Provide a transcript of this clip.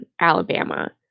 Alabama